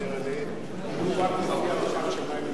עליהן יהיו רק על-פי הערכת שמאי ממשלתי,